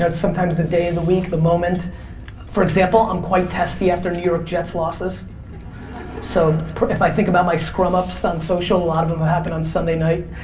um sometimes the day of the week, the moment for example i'm quite testy after a new york jets loses so if i think about my scrum up so on social a lot of them ah happen on sunday night.